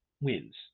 wins